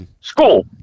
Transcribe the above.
school